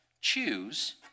choose